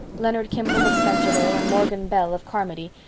leonard kimball, of spencervale, and morgan bell, of carmody,